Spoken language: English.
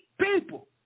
people